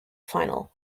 final